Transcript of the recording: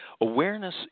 awareness